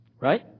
Right